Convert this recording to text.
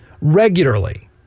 regularly